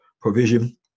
provision